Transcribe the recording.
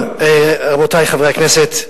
רבותי חברי הכנסת,